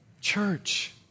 Church